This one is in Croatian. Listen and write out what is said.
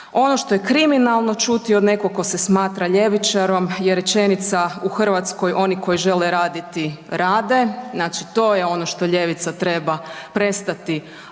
Ono što je kriminalno čuti od nekog tko se smatra ljevičarom je rečenica u Hrvatskoj, oni koji žele raditi, rade, znači to je ono što ljevica treba prestati,